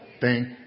thank